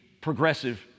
progressive